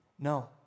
No